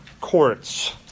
courts